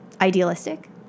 idealistic